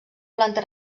planta